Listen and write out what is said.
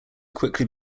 quickly